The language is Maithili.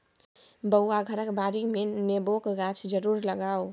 बौआ घरक बाडीमे नेबोक गाछ जरुर लगाउ